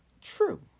True